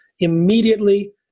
Immediately